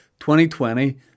2020